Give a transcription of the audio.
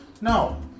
No